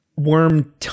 Worm